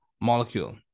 molecule